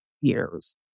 years